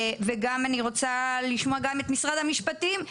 וגם אני רוצה לשמוע את משרד המשפטים,